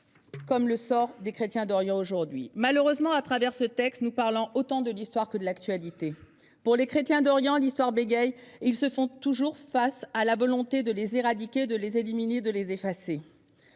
comme le sort des chrétiens d'Orient aujourd'hui. Malheureusement, au travers de ce texte, nous parlons autant d'histoire que d'actualité. Pour les chrétiens d'Orient, l'histoire bégaie : ils font toujours face à une volonté de les éradiquer, de les éliminer, de les effacer.